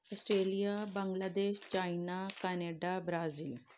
Australia Bangladesh China Canada Brazil